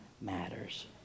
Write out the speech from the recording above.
matters